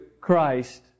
Christ